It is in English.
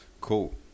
Cool